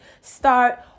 Start